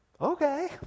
Okay